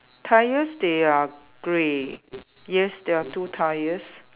tyres they are grey yes there are two tyres